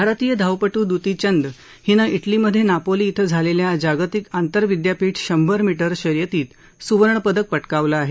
भारतीय धावपटू दुतीचंद हिनं इटलीमधे नापोली इथं झालेल्या जागतिक आंतरविद्यापीठ शंभर मीटर शर्यतीत सुवर्णपदक पटकावलं आहे